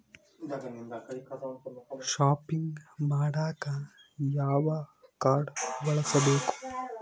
Shopping ಮಾಡಾಕ ಯಾವ card ಬಳಸಬೇಕು?